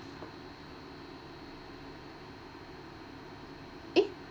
eh